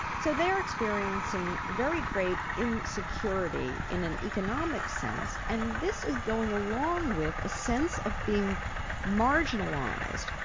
so they're experiencing very great insecurity in an economic sense and this is going along with a sense of being marginalised.